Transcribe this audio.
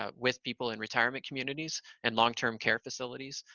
ah with people in retirement communities and long-term care facilities.